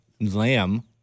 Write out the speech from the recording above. lamb